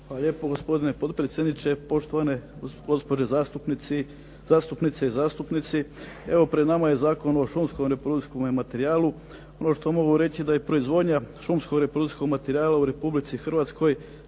lijepo, gospodine potpredsjedniče. Poštovane gospođe zastupnice i zastupnici. Evo pred nama je Zakon o šumskom reprodukcijskom materijalu. Ono što mogu reći da je proizvodnja šumskog reprodukcijskog materijala u Republici Hrvatskoj